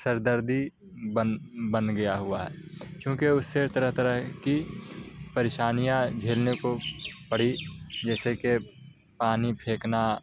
سر دردی بن بن گیا ہوا ہے چوںکہ اس سے طرح طرح کی پریشانیاں جھیلنے کو پڑی جیسے کہ پانی پھینکنا